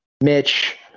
mitch